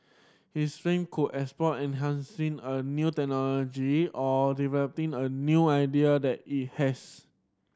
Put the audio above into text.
his firm could explore enhancing a new technology or developing a new idea that it has